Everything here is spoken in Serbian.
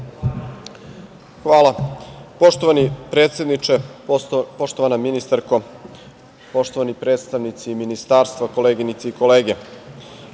Hvala.